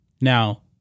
Now